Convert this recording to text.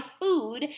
food